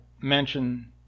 mention